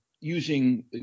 using